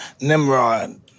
Nimrod